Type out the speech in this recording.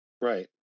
right